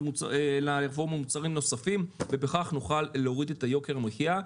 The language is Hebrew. לרפורמה מוצרים נוספים ובכך נוכל להוריד את יוקר המחיה.